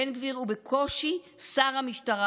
בן גביר הוא בקושי שר המשטרה.